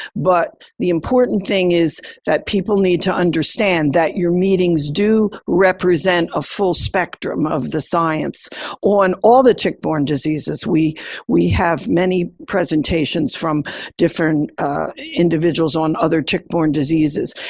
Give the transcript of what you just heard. but the important thing is that people need to understand that your meetings do represent a full spectrum of the science on all the tick-borne diseases. we we have many presentations from different individuals on other tick-borne diseases.